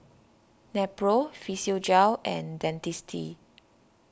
Nepro Physiogel and Dentiste